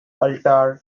altar